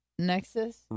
nexus